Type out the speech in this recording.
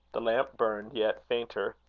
the lamp burned yet fainter.